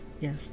yes